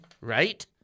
right